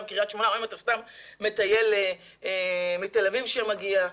קריית שמונה או אם אתה מטייל מתל אביב שמגיע למקום.